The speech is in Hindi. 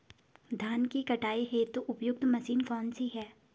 धान की कटाई हेतु उपयुक्त मशीन कौनसी है?